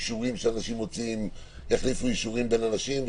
או אישורים יחליפו אישורים בין אנשים,